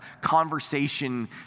conversation